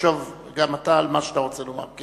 תחשוב גם אתה על מה שאתה רוצה לומר.